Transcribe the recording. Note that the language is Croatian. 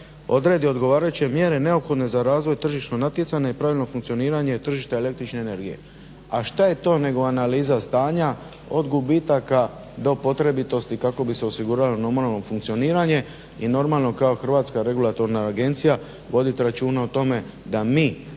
odredi odgovarajuće mjere neophodne za razvoj tržišnog natjecanja i pravilnog funkcioniranja tržišta el.energije. A šta je to nego analiza stanja od gubitaka do potrebitosti kako bi se osiguralo normalno funkcioniranje i normalno kao HERA voditi računa o tome da mi